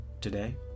today